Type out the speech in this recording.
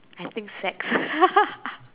I think sex